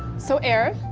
so eric,